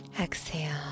exhale